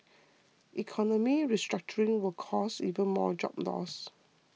economic restructuring will cause even more job losses